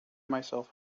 myself